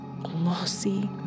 glossy